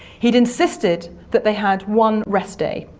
he'd insisted that they had one rest day,